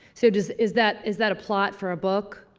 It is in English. so does, is that, is that a plot for a book?